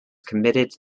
committed